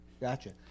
gotcha